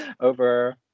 over